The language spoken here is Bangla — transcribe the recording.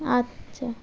আচ্ছা